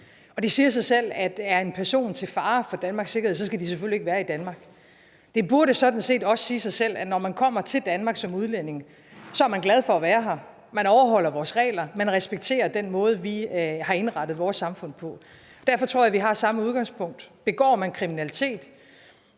Og det siger sig selv, at er en person til fare for Danmarks sikkerhed, skal vedkommende selvfølgelig ikke være i Danmark. Det burde sådan set også sige sig selv, at når man kommer til Danmark som udlænding, er man glad for at være her; man overholder vores regler, man respekterer den måde, vi har indrettet vores samfund på. Derfor tror jeg, at vi har samme udgangspunkt: at begår man kriminalitet